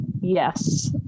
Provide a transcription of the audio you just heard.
Yes